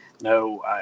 no